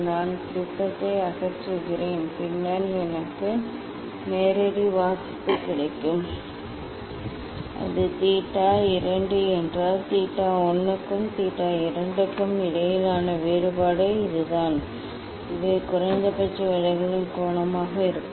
நான் ப்ரிஸத்தை அகற்றுகிறேன் பின்னர் எனக்கு நேரடி வாசிப்பு கிடைக்கும் அது தீட்டா 2 என்றால் தீட்டா 1 க்கும் தீட்டா 2 க்கும் இடையிலான வேறுபாடு இதுதான் இவை குறைந்தபட்ச விலகலின் கோணமாக இருக்கும்